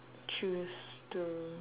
choose to